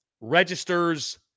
registers